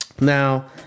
Now